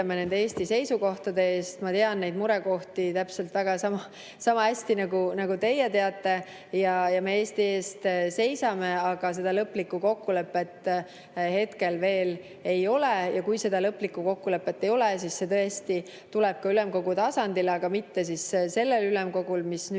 nende Eesti seisukohtade eest. Ma tean neid murekohti täpselt sama hästi, nagu teie teate. Me seisame Eesti eest, aga lõplikku kokkulepet veel ei ole. Kui seda lõplikku kokkulepet ei ole, siis see tõesti tuleb ka ülemkogu tasandile, aga mitte sellele ülemkogule, mis nüüd